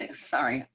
ah sorry.